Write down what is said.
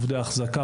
עובדי האחזקה,